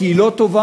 כי היא לא טובה,